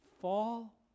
fall